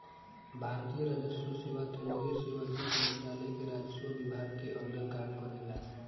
भारतीय राजस्व सेवा केंद्रीय सेवा वित्त मंत्रालय के राजस्व विभाग के अंदर काम करेला